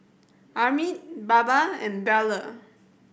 Amit Baba and Bellur